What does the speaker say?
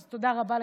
אז תודה רבה לך,